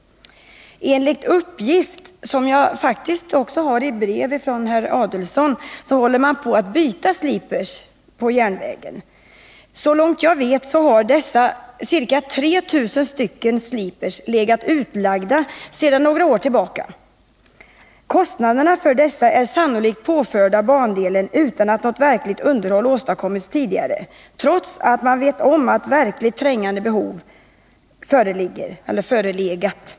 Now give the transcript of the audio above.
Enligt en uppgift i ett brev från herr Adelsohn håller SJ på att byta sliprar på järnvägen. Såvitt jag vet har dessa ca 3 000 sliprar legat utlagda sedan några år tillbaka. Kostnaderna för dessa är sannolikt påförda bandelen utan att något verkligt underhåll tidigare åstadkommits, trots att ett verkligt trängande behov här har förelegat.